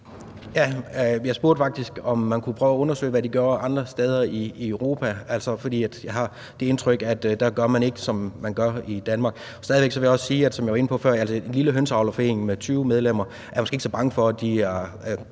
Jeg spurgte faktisk, om man kunne prøve at undersøge, hvad de gjorde andre steder i Europa. Jeg har det indtryk, at der gør man ikke, som man gør i Danmark. Som jeg var inde på før, vil jeg stadig væk også sige, at en lille hønseavlerforening med 20 medlemmer er vi måske ikke så bange for arbejder